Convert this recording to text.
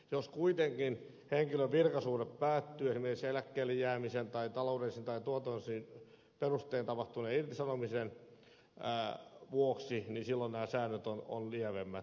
jos kuitenkin henkilön virkasuhde päättyy esimerkiksi eläkkeelle jäämisen tai taloudellisten tai tuotannollisten perustein tapahtuneen irtisanomisen vuoksi niin silloin nämä säännöt ovat lievemmät